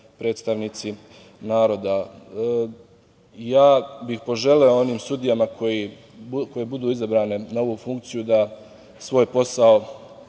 predstavnici naroda. Ja bih poželeo onim sudijama koje budu izabrane na ovu funkciju da svoj posao